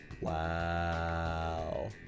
Wow